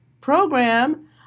program